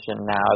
now